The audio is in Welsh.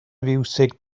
fiwsig